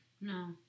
no